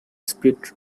speed